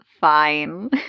fine